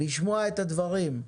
לשמוע את הדברים.